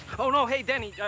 oh, no. hey, dany,